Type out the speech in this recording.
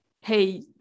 hey